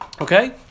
Okay